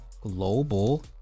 global